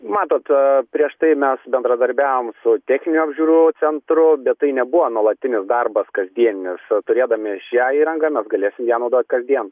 matot prieš tai mes bendradarbiavom su techninių apžiūrų centru bet tai nebuvo nuolatinis darbas kasdien nes turėdami šią įrangą mes galėsim ją naudot kasdien